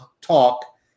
talk